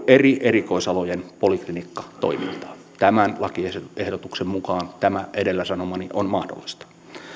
eri erikoisalojen poliklinikkatoimintaa tämän lakiehdotuksen mukaan tämä edellä sanomani on mahdollista